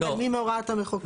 מתעלמים מהוראת המחוקק.